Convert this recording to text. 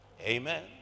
Amen